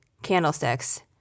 candlesticks